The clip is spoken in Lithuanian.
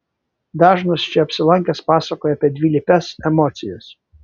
dažnas čia apsilankęs pasakoja apie dvilypes emocijas